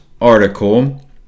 article